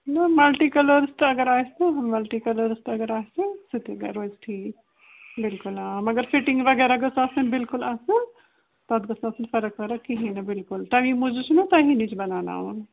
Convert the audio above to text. نہ multi colours تہٕ اگر آسہِ نہ مَلٹی کَلٲرٕس تہٕ اگر آسہِ سُہ تہِ مےٚ روزِ ٹھیٖک بلکُل آ مگر فِٹِنٛگ وغیرہ گٔژھ آسٕنۍ بلکُل اَصٕل تَتھ گٔژھنہٕ آسٕنۍ فرق ورق کِہیٖنۍ نہٕ بلکُل تَمی موٗجوٗب چھُنہ تۄہی نِش بناوناوُن